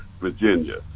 virginia